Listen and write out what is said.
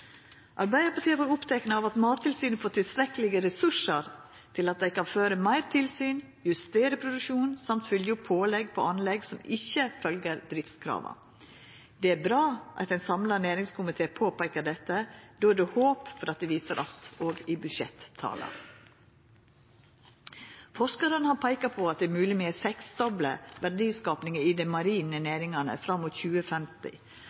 Arbeidarpartiet har vore oppteke av at Mattilsynet får tilstrekkelege ressursar til at dei kan føra meir tilsyn, justera produksjonen og følgja opp pålegg på anlegg som ikkje følgjer driftskrava. Det er bra at ein samla næringskomité påpeikar dette; då er det håp om at det viser att òg i budsjettala. Forskarar har peika på at det er mogleg å seksdobla verdiskapinga i dei marine næringane fram mot 2050,